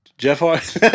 Jeff